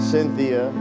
Cynthia